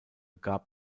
gab